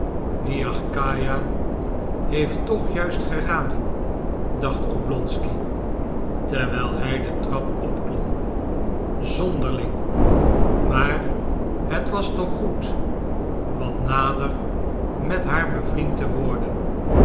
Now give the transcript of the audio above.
miagkaja heeft toch juist geraden dacht oblonsky terwijl hij de trap opklom zonderling maar het was toch goed wat nader met haar bevriend te worden